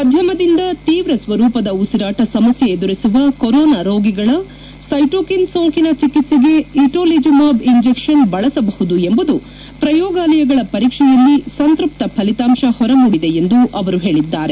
ಮಧ್ಯಮದಿಂದ ತೀವ್ರ ಸ್ವರೂಪದ ಉಸಿರಾಟ ಸಮಸ್ಯೆ ಎದುರಿಸುವ ಕೊರೋನಾ ರೋಗಿಗಳ ಸ್ಟೆಟೊಕಿನ್ ಸೋಂಕಿನ ಚಿಕಿತ್ಸೆಗೆ ಇಟೊಲಿಜುಮಾಬ್ ಇಂಜಕ್ಷನ್ ಬಳಸಬಹುದು ಎಂಬುದು ಪ್ರಯೋಗಾಲಯಗಳ ಪರೀಕ್ಷೆಯಲ್ಲಿ ಸಂತ್ಯಪ್ತ ಫಲಿತಾಂಶ ಹೊರಮೂಡಿದೆ ಎಂದು ಅವರು ಹೇಳಿದ್ದಾರೆ